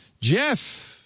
Jeff